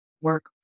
work